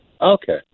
Okay